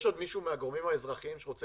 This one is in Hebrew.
יש עוד מישהו מהגורמים האזרחיים שרוצה